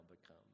become